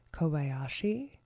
Kobayashi